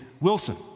Wilson